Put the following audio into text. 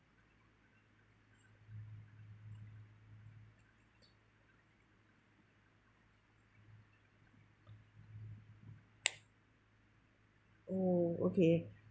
oh okay